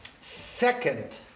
second